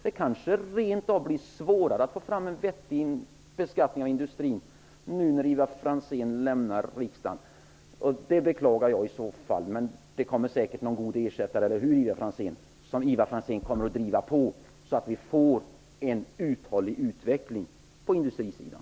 Det kanske rent av blir svårare att få fram en vettig beskattning av industrin nu när Ivar Franzén lämnar riksdagen. Det beklagar jag i så fall. Men det kommer säkert någon god ersättare, eller hur, som Ivar Franzén kommer att driva på så att vi får en uthållig utveckling på industrin?